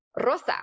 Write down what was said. Rosa